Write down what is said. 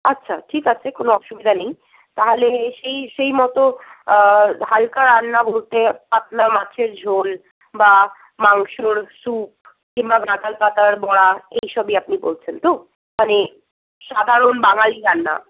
আচ্ছা ঠিক আছে কোনো অসুবিধা নেই তাহলে সেই সেই মতো হালকা রান্না বলতে আপনার মাছের ঝোল বা মাংসর সুপ কিংবা গাঁদাল পাতার বড়া এইসবই আপনি বলছেন তো মানে সাধারণ বাঙালি রান্না